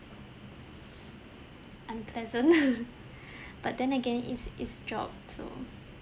unpleasant but then again it's his job so